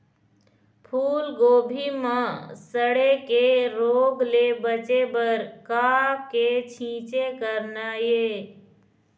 फूलगोभी म सड़े के रोग ले बचे बर का के छींचे करना ये?